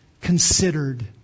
considered